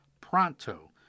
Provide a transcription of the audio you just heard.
pronto